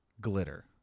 Glitter